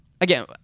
again